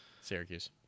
syracuse